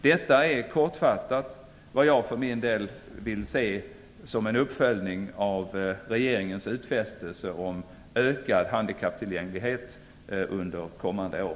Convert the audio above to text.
Detta är kortfattat vad jag för min del vill se som en uppföljning av regeringens utfästelser om ökad handikapptillgänglighet under kommande år.